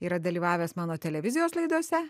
yra dalyvavęs mano televizijos laidose